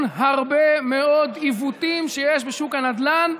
הרבה מאוד עיוותים שיש בשוק הנדל"ן.